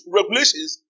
regulations